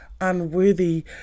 unworthy